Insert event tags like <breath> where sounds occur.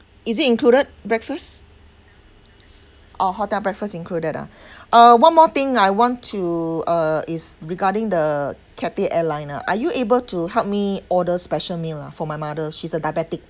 is it included breakfast oh hotel breakfast included ah <breath> uh one more thing I want to uh is regarding the Cathay airline ah are you able to help me order special meal ah for my mother she's a diabetic